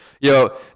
Yo